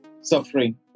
suffering